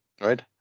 right